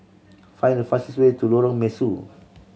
find the fastest way to Lorong Mesu